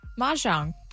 Mahjong